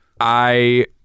I-